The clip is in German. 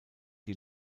die